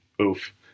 Oof